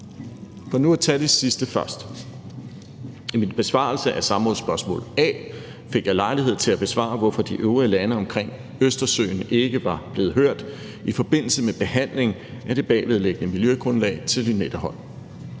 For nu at tage det sidste først: I min besvarelse af samrådsspørgsmål A fik jeg lejlighed til at besvare, hvorfor de øvrige lande omkring Østersøen ikke var blevet hørt i forbindelse med behandlingen af det bagvedliggende miljøgrundlag til Lynetteholm.